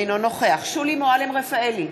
אינו נוכח שולי מועלם-רפאלי,